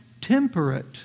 temperate